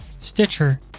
Stitcher